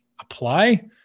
apply